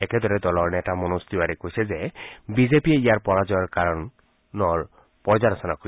একদৰে দলৰ নেতা মনোজ তিৱাৰীয়ে কৈছে যে বিজেপিয়ে ইয়াৰ পৰাজয়ৰ কাৰণৰ পৰ্যালোচনা কৰিব